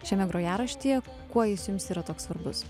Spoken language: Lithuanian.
šiame grojaraštyje kuo jis jums yra toks svarbus